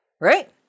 Right